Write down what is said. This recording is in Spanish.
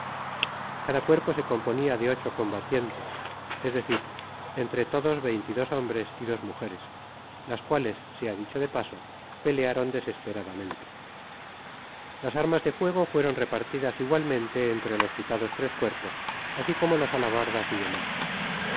cada cuerpo se componia de ocho combatientes es decir entre todos veinte y dos hombres y dos mujeres las cuales sea dicho de paso pelearon desesperadamente las armas de fuego fueron repartidas igualmente entre los citados tres cuerpos asi como las alabardas y demas